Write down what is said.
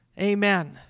Amen